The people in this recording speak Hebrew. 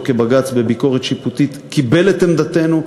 כבג"ץ בביקורת שיפוטית קיבל את עמדתנו,